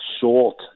Short